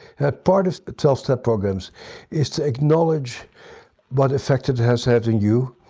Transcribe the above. have parties, tell step programs is to acknowledge what effectives has had in you.